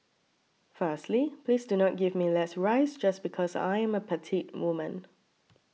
firstly please do not give me less rice just because I am a petite woman